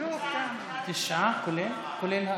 כל הכבוד.